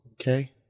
okay